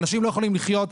האנשים לא יכולים לחיות.